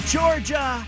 Georgia